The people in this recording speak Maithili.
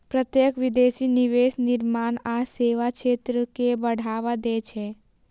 प्रत्यक्ष विदेशी निवेश विनिर्माण आ सेवा क्षेत्र कें बढ़ावा दै छै